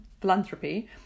philanthropy